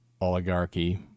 oligarchy